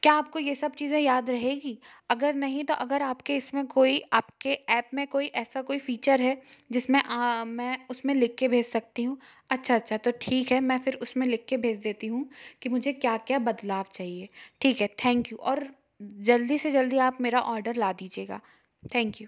क्या आपको ये सब चीज़ें याद रहेगी अगर नहीं तो अगर आपके इस में कोई आपके ऐप में कोई ऐसा कोई फ़ीचर है जिस में मैं उस में लिख के भेज सकती हूँ अच्छा अच्छा तो ठीक है मैं फिर उस में लिख के भेज़ देती हूँ कि मुझे क्या क्या बदलाव चाहिए ठीक है थैंक यू और जल्दी से जल्दी आप मेरा ऑडर ला दीजिएगा थैंक यू